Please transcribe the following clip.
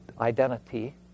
identity